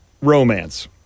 Romance